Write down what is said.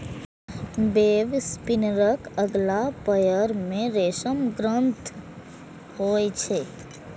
वेबस्पिनरक अगिला पयर मे रेशम ग्रंथि होइ छै